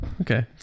okay